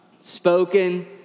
spoken